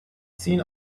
seen